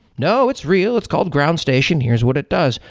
no. it's real. it's called ground station. here's what it does.